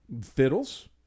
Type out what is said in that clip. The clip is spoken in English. fiddles